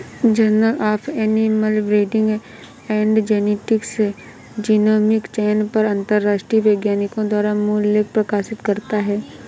journal of animal breeding and genetics genomic चयन पर अंतरराष्ट्रीय वैज्ञानिकों द्वारा मूल लेख प्रकाशित करता है